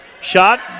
Shot